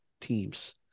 teams